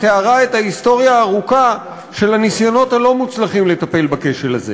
תיארה את ההיסטוריה הארוכה של הניסיונות הלא-מוצלחים לטפל בכשל הזה.